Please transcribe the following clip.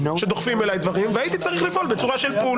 שדוחפים אליי דברים והייתי צריך לפעול בצורה של פול.